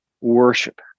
worship